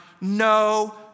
no